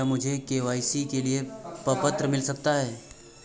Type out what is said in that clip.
क्या मुझे के.वाई.सी के लिए प्रपत्र मिल सकता है?